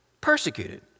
persecuted